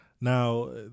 Now